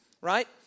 right